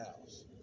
house